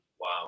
Wow